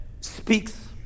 speaks